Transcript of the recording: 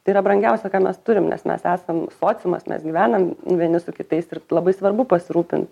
tai yra brangiausia ką mes turim nes mes esam sociumas mes gyvenam vieni su kitais ir labai svarbu pasirūpint